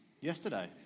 yesterday